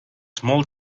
small